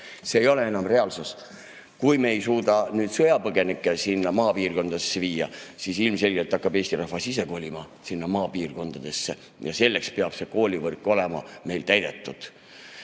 ..., ei ole enam reaalsus. Kui me ei suuda nüüd sõjapõgenikke sinna maapiirkondadesse viia, siis ilmselgelt hakkab Eesti rahvas ise kolima maapiirkondadesse, ja selleks peab koolivõrk olema täidetud.